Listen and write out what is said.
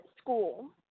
school